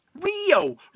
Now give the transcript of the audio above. Rio